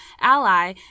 ally